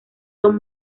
son